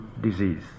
disease